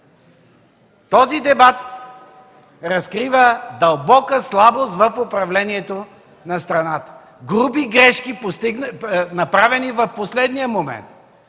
Този дебат разкрива дълбока слабост в управлението на страната, груби грешки, направени в последния момент,